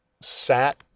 sat